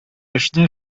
эшне